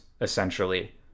essentially